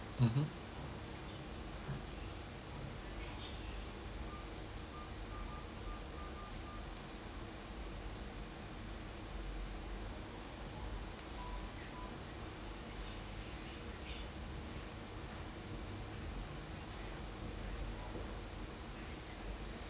mmhmm